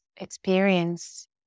experience